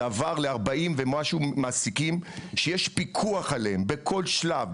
זה עבר לארבעים ומשהו מעסיקים שיש פיקוח עליהם בכל שלב,